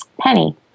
Penny